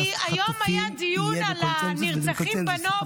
וזה בקונסנזוס,